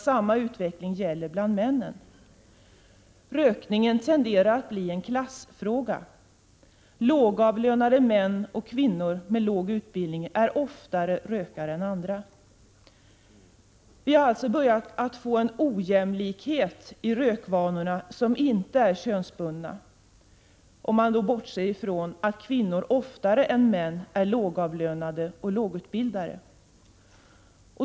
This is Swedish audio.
Samma utveckling gäller även bland männen. Rökningen tenderar att bli en klassfråga. Lågavlönade män och kvinnor med låg utbildning är oftare rökare än andra. Vi har alltså börjat att få en ojämlikhet i rökvanorna som inte är könsbunden, bortsett från att kvinnor oftare än män är lågavlönade och lågutbildade.